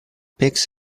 pigs